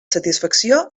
satisfacció